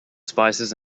spices